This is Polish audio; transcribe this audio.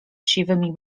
siwymi